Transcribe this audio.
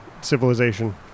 civilization